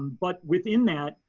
but within that,